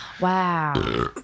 Wow